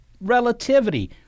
relativity